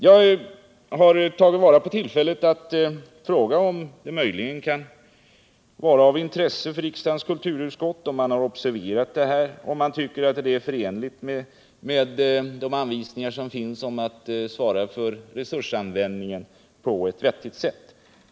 Jag har velat begagna detta tillfälle att fråga om kulturutskottet har observerat detta och om man i utskottet anser att detta är förenligt med anvisningarna att Sveriges radio skall svara för resursanvändningen på ett vettigt sätt.